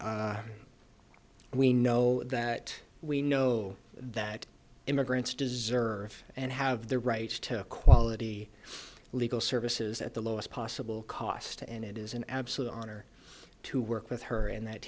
we know that we know that immigrants deserve and have the right to quality legal services at the lowest possible cost and it is an absolute honor to work with her in that